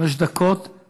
חמש דקות לרשותך.